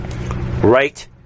Right